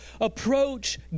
approach